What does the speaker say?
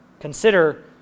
Consider